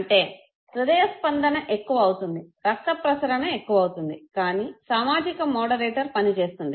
అంటే హృదయస్పందన ఎక్కువ అవుతుంది రక్త ప్రసరణ ఎక్కువ అవుతుంది కానీ సామాజిక మోడరేటర్ పని చేస్తుంది